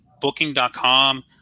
booking.com